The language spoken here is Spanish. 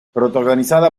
protagonizada